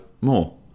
more